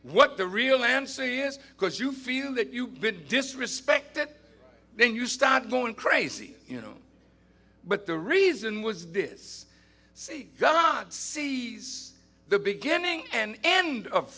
what the real nancy is because you feel that you've been disrespected then you start going crazy you know but the reason was this see god sees the beginning and end of